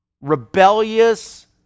rebellious